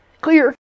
Clear